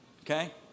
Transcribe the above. okay